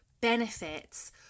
benefits